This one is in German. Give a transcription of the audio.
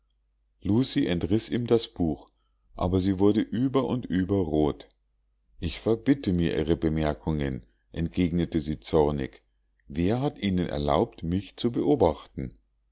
lucie entriß ihm das buch aber sie wurde über und über rot ich verbitte mir ihre bemerkungen entgegnete sie zornig wer hat ihnen erlaubt mich zu beobachten